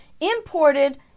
imported